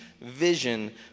vision